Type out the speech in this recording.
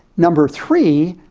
number three,